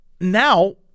now